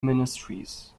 ministries